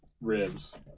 ribs